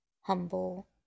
humble